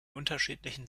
unterschiedlichen